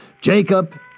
Jacob